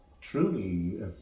truly